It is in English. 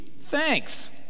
Thanks